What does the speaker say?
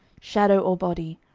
shadow or body,